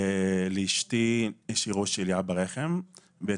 לאשתי היו שאריות של שיליה ברוחם והיא